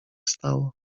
stało